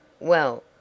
Well